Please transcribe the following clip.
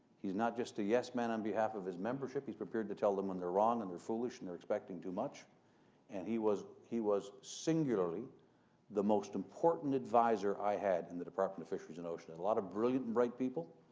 he's not just a yes-man on behalf of his membership. he's prepared to tell them when they're wrong and they're foolish and they're expecting too much and he was he was singularly the most important advisor i had in the department of fisheries and oceans. a lot of brilliant and bright people,